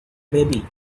baby